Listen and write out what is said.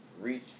reach